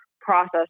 process